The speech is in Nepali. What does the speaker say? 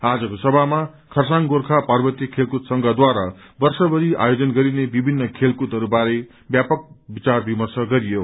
आजको सभामा खरसाङ गोर्खा पार्वतिय खेलकूद संघद्वारा वर्ष भरि आयोजन गरिने विभिन्न खेलकूदहरू बारे ब्यापक विचार विर्मश गरियो